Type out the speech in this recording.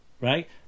Right